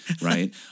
Right